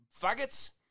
faggots